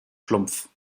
schlumpf